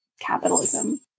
capitalism